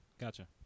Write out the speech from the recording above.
gotcha